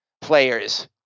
players